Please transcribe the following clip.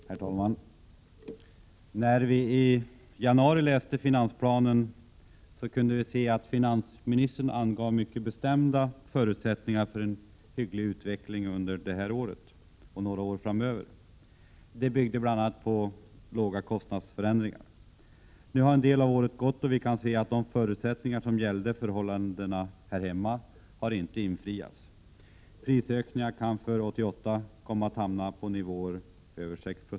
Herr talman! När vi i januari läste finansplanen kunde vi se att finansministern angav mycket bestämda förutsättningar för en hygglig utveckling under detta år och några år framöver. Dessa byggde bl.a. på små kostnadsförändringar. Nu har en del av året gått, och vi kan se att de förutsättningar som gällde förhållandena här hemma inte har infriats. Prisökningarna kan för 1988 komma att hamna på över 6 960.